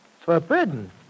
Forbidden